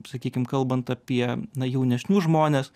sakykim kalbant apie na jaunesnius žmones